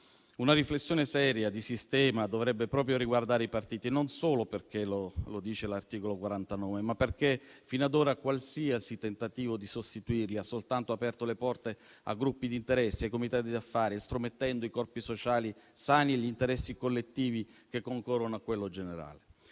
Una riflessione seria e di sistema dovrebbe proprio riguardare i partiti, e non solo perché lo dice l'articolo 49, ma perché fino ad ora qualsiasi tentativo di sostituirli ha soltanto aperto le porte a gruppi di interesse, ai comitati d'affari, estromettendo i corpi sociali sani e gli interessi collettivi che concorrono a quello generale.